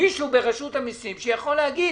מישהו ברשות המסים, שיכול להגיד,